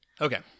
Okay